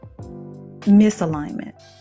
misalignment